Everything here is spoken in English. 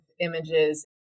images